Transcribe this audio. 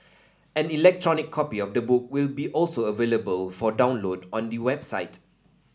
an electronic copy of the book will be also available for download on the website